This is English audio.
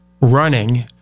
running